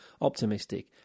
optimistic